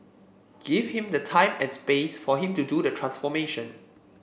give him the time and space for him to do the transformation